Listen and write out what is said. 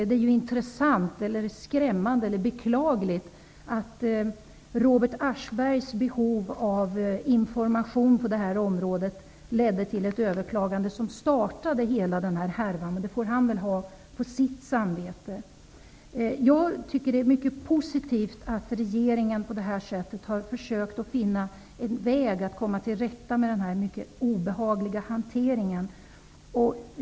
Det är skrämmande och beklagligt att Robert Aschbergs behov av information på det här området ledde till ett överklagande som startade hela den här härvan. Det får väl han ha på sitt samvete. Jag tycker att det är mycket positivt att regeringen på detta sätt har försökt att finna en väg att komma till rätta med denna mycket obehagliga hantering.